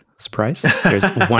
Surprise